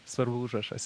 svarbu užrašas